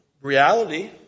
reality